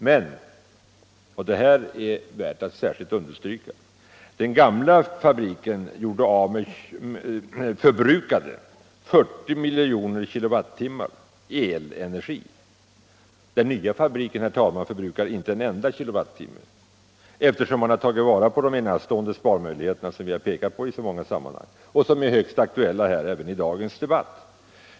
Men — och det är värt att särskilt understrykas — den gamla fabriken förbrukade 40 miljoner kilowattimmar elenergi. Den nya fabriken förbrukar inte en enda kilowattimme, eftersom man har tagit vara på de enastående sparmöjligheter som vi har pekat på i så många sammanhang och som är högst aktuella även i dagens debatt.